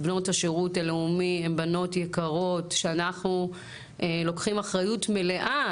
בנות השירות הלאומי הן בנות יקרות שאנחנו לוקחים אחריות מלאה